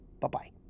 Bye-bye